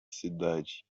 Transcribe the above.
cidade